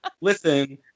listen